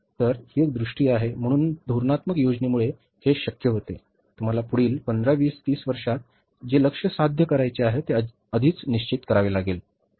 तर ही एक दृष्टी आहे म्हणून धोरणात्मक योजनेमुळे हे शक्य होते की तुम्हाला पुढील पंधरा वीस तीस वर्षांत जे लक्ष्य साध्य करायचे आहे ते आधीच निश्चित करावे लागेल बरोबर